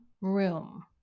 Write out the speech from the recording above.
room